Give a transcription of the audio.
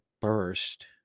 burst